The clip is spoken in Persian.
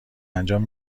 انجام